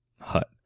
hut